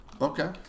Okay